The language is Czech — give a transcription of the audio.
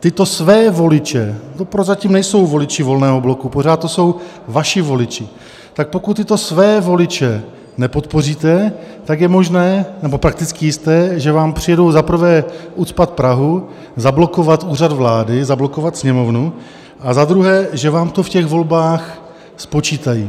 tyto své voliče to prozatím nejsou voliči Volného bloku, pořád to jsou vaši voliči tak pokud tyto své voliče nepodpoříte, tak je možné nebo prakticky jisté, že vám přijedou za prvé ucpat Prahu, zablokovat Úřad vlády, zablokovat Sněmovnu, a za druhé, že vám to v těch volbách spočítají.